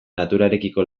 naturarekiko